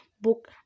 book